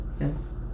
yes